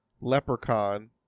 Leprechaun